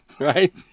Right